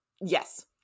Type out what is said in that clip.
Yes